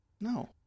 No